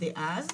דאז.